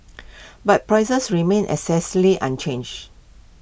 but prices remained unchanged